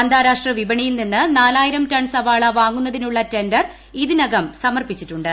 അന്താരാഷ്ട്ര വിപണിയിൽ നിന്ന് നാലായിരം ടൺ സവാള വാങ്ങുന്നതിനുള്ള ടെൻഡർ ഇതിനകം സമർപ്പിച്ചിട്ടുണ്ട്